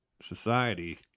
society